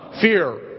fear